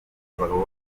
abagabo